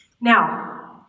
now